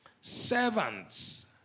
Servants